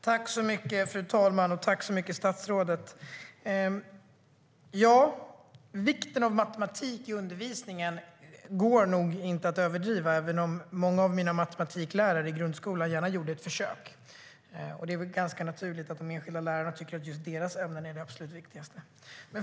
Fru talman! Tack så mycket, statsrådet! Vikten av matematik i undervisningen går inte att överdriva, även om många av mina matematiklärare i grundskolan gärna gjorde ett försök. Det är väl ganska naturligt att enskilda lärare tycker att just deras ämne är det absolut viktigaste.